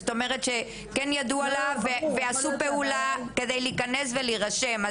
זאת אומרת שכן ידעו עליו ועשו פעולה כדי להיכנס ולהירשם.